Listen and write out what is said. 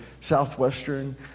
Southwestern